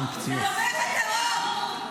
תומכת טרור.